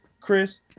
Chris